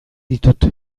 ditut